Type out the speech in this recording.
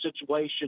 situation